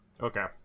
Okay